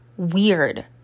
weird